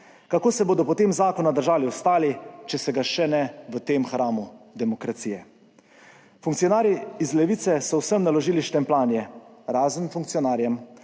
Kako se bodo potem zakona držali ostali, če se ga še ne v tem hramu demokracije. Funkcionarji iz Levice so vsem naložili štempljanje, razen funkcionarjem.